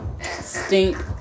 Stink